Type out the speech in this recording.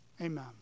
Amen